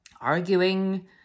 arguing